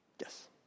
Yes